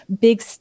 big